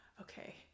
okay